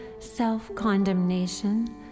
self-condemnation